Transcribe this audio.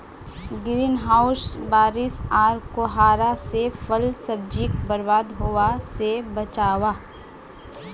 green house बारिश आर कोहरा से फल सब्जिक बर्बाद होवा से बचाहा